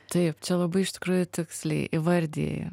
taip čia labai iš tikrųjų tiksliai įvardijai